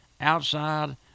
Outside